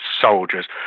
soldiers